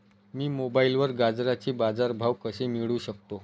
मी मोबाईलवर गाजराचे बाजार भाव कसे मिळवू शकतो?